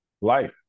life